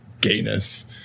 gayness